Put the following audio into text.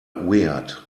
weird